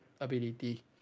Ability